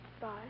Bye